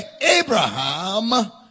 Abraham